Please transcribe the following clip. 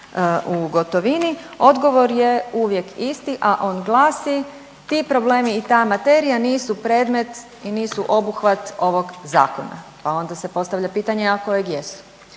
u gotovini, odgovor je uvijek isti a on glasi: „Ti problemi i ta materija nisu predmet i nisu obuhvat ovog zakona.“ Pa onda se postavlja pitanje, a kojeg jesu?